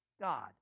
God